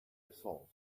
resolve